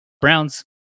Browns